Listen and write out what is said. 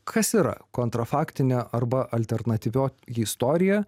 kas yra kontra faktinė arba alternatyvioji istorija